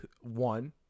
one